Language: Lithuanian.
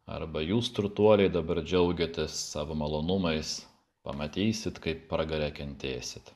arba jūs turtuoliai dabar džiaugiates savo malonumais pamatysit kaip pragare kentėsit